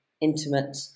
intimate